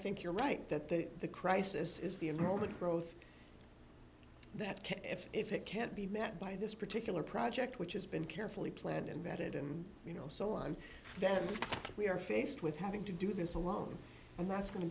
think you're right that the crisis is the a moment growth that can if it can't be met by this particular project which has been carefully planned and vetted and you know so on then we are faced with having to do this alone and that's going to